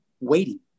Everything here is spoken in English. waiting